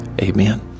amen